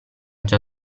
già